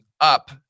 up